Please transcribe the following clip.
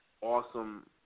awesome